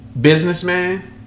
businessman